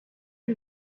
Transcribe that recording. que